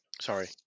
Sorry